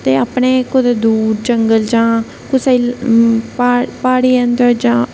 ते अपने कुते दूर जंगल जां कुसेगी प्हाड अंदर जां